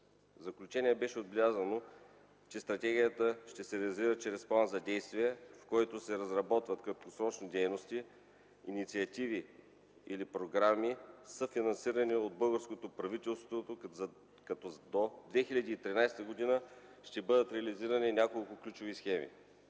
заключение беше отбелязано, че стратегията ще се реализира чрез план за действие, в който се разработват краткосрочни дейности, инициативи или програми, съфинансирани от българското правителство като до 2013 г. ще бъдат реализирани няколко ключови схеми.